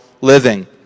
living